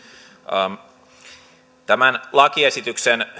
tämän lakiesityksen